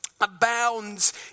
abounds